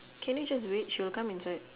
can you just wait she will come inside